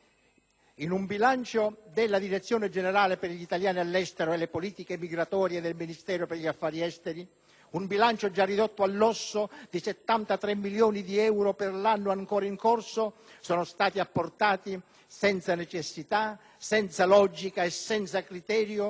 In un bilancio della Direzione generale per gli italiani all'estero e le politiche migratorie del Ministero degli affari esteri, già ridotto all'osso, di 73 milioni di euro per l'anno ancora in corso, sono stati apportati senza necessità, senza logica e senza criterio